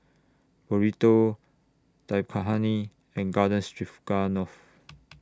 Burrito Dal Makhani and Garden Stroganoff